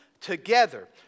together